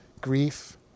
grief